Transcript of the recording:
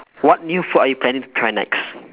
what new food are you planning to try next